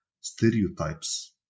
stereotypes